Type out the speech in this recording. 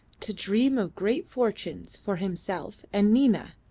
to dream of great fortunes for himself and nina.